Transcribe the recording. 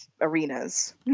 arenas